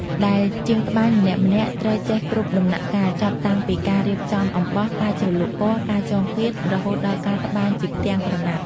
ដែលជាងត្បាញម្នាក់ៗត្រូវចេះគ្រប់ដំណាក់កាល ចាប់តាំងពីការរៀបចំអំបោះ ការជ្រលក់ពណ៌ ការចងគាត រហូតដល់ការត្បាញជាផ្ទាំងក្រណាត់។